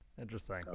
interesting